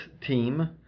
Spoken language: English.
team